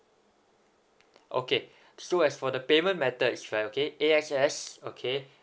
okay so as for the payment methods is via okay A_X_S okay